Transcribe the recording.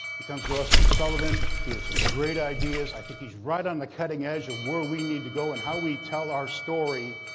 he comes to us from sullivan. he has some great ideas. i think he's right on the cutting edge of where we need to go and how we tell our story,